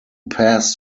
past